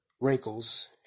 wrinkles